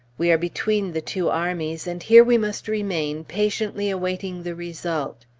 we are between the two armies, and here we must remain patiently awaiting the result.